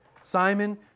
Simon